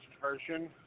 version